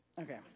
Okay